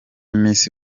misi